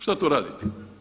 Šta to radite?